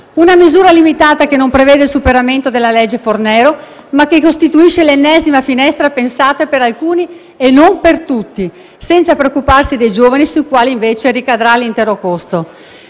una misura limitata che non prevede il superamento della cosiddetta legge Fornero, ma costituisce l'ennesima finestra pensata per alcuni e non per tutti. Non ci si preoccupa inoltre dei giovani, sui quali ricadrà l'intero costo